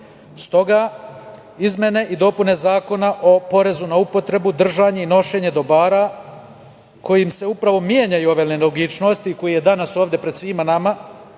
izmene i dopune Zakona o porezu na upotrebu, držanje i nošenje dobara kojim se upravo menjaju ove nelogičnosti koje danas ovde pred svima nama